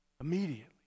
Immediately